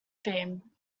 theme